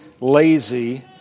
lazy